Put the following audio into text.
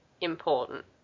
important